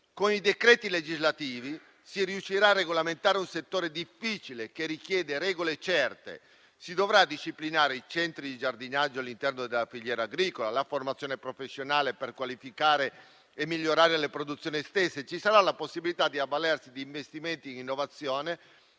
Con i decreti legislativi si riuscirà a regolamentare un settore difficile che richiede regole certe; si dovranno disciplinare i centri di giardinaggio all'interno della filiera agricola e la formazione professionale, per qualificare e migliorare le produzioni estese. Ci sarà la possibilità di avvalersi di investimenti in innovazione,